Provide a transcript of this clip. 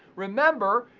remember,